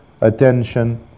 attention